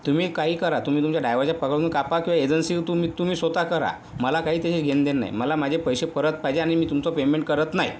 तुम्ही काहीही करा तुम्ही तुमच्या डायव्हरच्या पगारातून कापा किंवा एजन्सीतून तुम्ही स्वतः करा मला काही त्याच्याशी घेणंदेणं नाही मला माझे पैसे परत पाहिजे आणि मी तुमचं पेमेंट करत नाही